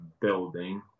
building